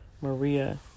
Maria